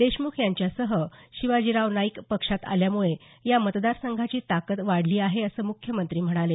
देशमुख यांच्यासह शिवाजीराव नाईक पक्षात आल्यामुळे या मतदारसंघाची ताकद वाढली आहे असं मुख्यमंत्री म्हणाले